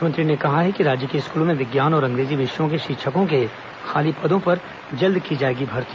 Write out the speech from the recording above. मुख्यमंत्री ने कहा है कि राज्य के स्कूलों में विज्ञान और अंग्रेजी विषयों के शिक्षकों के खाली पदों पर जल्द की जाएगी भर्ती